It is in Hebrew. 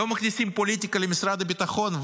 לא מכניסים פוליטיקה למשרד הביטחון,